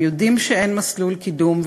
הם יודעים שאין מסלול קידום,